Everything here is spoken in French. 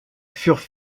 furent